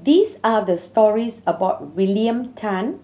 these are the stories about William Tan